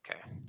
okay